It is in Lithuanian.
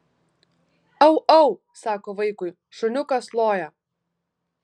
au au sako vaikui šuniukas loja